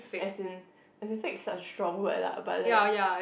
as in as in fake is such lah but like